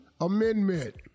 amendment